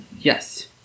Yes